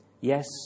Yes